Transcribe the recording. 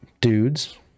dudes